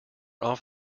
off